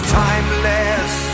timeless